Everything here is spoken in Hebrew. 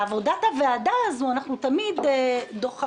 ניסיתי לומר שבעבודת הוועדה הזו אנחנו תמיד דוחפים